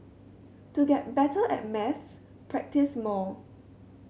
to get better at maths practise more